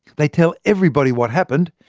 they tell everybody what happened,